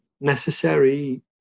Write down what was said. necessary